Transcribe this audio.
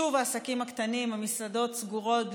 שוב העסקים הקטנים והמסעדות סגורים,